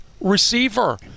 receiver